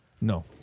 No